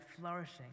flourishing